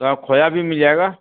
تو کھویا بھی مل جائے گا